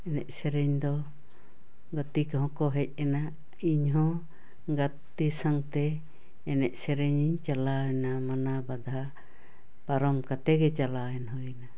ᱮᱱᱮᱡ ᱥᱮᱨᱮᱧ ᱫᱚ ᱜᱟᱛᱮ ᱠᱚᱦᱚᱸ ᱠᱚ ᱦᱮᱡ ᱮᱱᱟ ᱤᱧ ᱜᱟᱛᱮ ᱥᱟᱶᱛᱮ ᱮᱱᱮᱡ ᱥᱮᱨᱮᱧᱤᱧ ᱪᱟᱞᱟᱣ ᱮᱱᱟ ᱢᱟᱱᱟᱵᱟᱫᱷᱟ ᱯᱟᱨᱚᱢ ᱠᱟᱛᱮᱜᱮ ᱪᱟᱞᱟᱣᱮᱱ ᱦᱩᱭ ᱮᱱᱟ